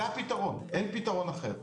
זה הפתרון, אין פתרון אחר.